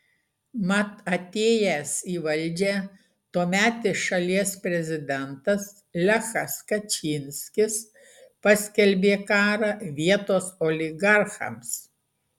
mat atėjęs į valdžią tuometis šalies prezidentas lechas kačynskis paskelbė karą vietos oligarchams